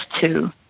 two